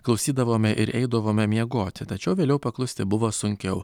klausydavome ir eidavome miegoti tačiau vėliau paklusti buvo sunkiau